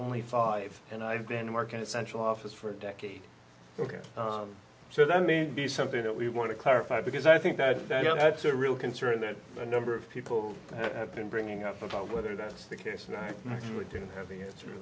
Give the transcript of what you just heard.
only five and i've been working at central office for a decade ok so that may be something that we want to clarify because i think that that's a real concern that a number of people have been bringing up about whether that's the case and i really didn't have the answer to